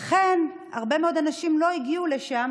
הרבה מאוד אנשים לא הגיעו לשם,